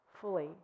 fully